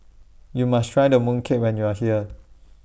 YOU must Try The Mooncake when YOU Are here